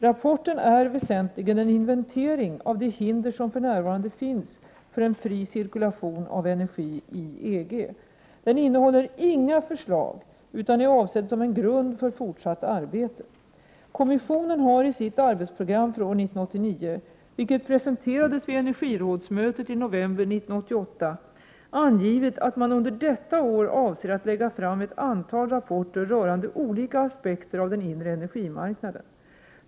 Rapporten är väsentligen en inventering av de hinder som för närvarande finns för en fri cirkulation av energi i EG. De innehåller inga förslag utan är avsedd som en grund för fortsatt arbete. Kommissionen har i sitt arbetsprogram för år 1989, vilket presenterades vid energirådsmötet i november 1988, angivit att man under detta år avser att lägga fram ett antal rapporter rörande olika aspekter av den inre energimarknaden.